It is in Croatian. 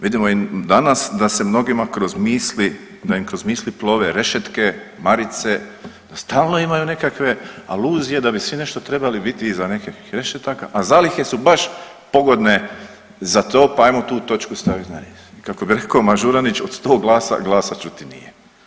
Vidimo i danas da se mnogima kroz misli, da im kroz misli plove rešetke, marice, stalno imaju nekakve aluzije da bi svi nešto trebali biti iza nekakvih rešetaka, a zalihe su baš pogodne za to pa ajmo tu točku staviti na i. Kako bi rekao Mažuranić od 100 glasa, glasa čuti nije.